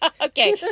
Okay